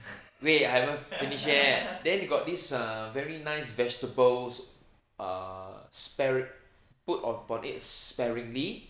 wait I haven't finish yet then they got this uh very nice vegetables uh sparin~ put on on it sparingly